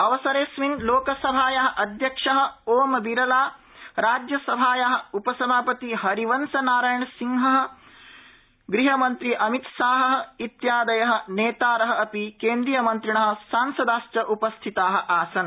अवसरे अस्मिन् लोकसभायाः अध्यक्षः ओम् बिरला राज्यसभायाः उपसभापतिः हरिवंश नारायणसिंह गृहमन्त्री अमितशाहः इत्यादयः नेतारः अपि केन्द्रियमन्त्रिणः सांसदाध उपस्थिताः आसन्